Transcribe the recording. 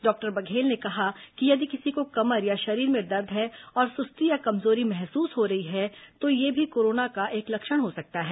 doctor Baghel ने कहा कि यदि किसी को कमर या शरीर में दर्द है और सुस्ती या कमजोरी महसूस हो रही है तो यह भी कोरोना का एक लक्षण हो सकता है